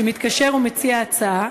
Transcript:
שמתקשר ומציע הצעה,